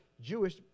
Jewish